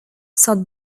south